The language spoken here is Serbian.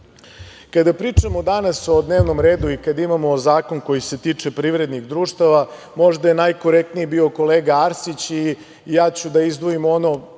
pričamo danas o dnevnom redu i kada imamo zakon koji se tiče privrednih društava, možda je najkorektniji bio kolega Arsić i ja ću da izdvojim ono,